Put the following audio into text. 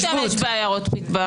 אל תשתמש בעיירות פיתוח.